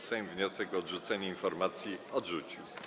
Sejm wniosek o odrzucenie informacji odrzucił.